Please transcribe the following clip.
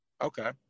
okay